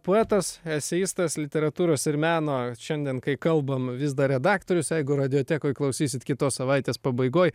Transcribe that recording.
poetas eseistas literatūros ir meno šiandien kai kalbam vis dar redaktorius jeigu radiotekoj klausysit kitos savaitės pabaigoj